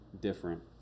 different